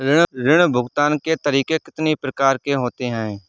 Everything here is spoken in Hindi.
ऋण भुगतान के तरीके कितनी प्रकार के होते हैं?